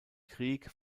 krieg